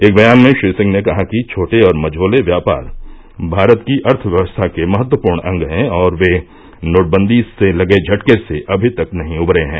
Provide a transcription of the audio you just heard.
एक बयान में श्री सिंह ने कहा कि छोटे और मझोले व्यापार भारत की अर्थव्यवस्था के महत्वपूर्ण अंग हैं और वे नोटबंदी से लगे झटके से अभी तक नही उबरे हैं